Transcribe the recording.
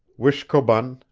wishkobun,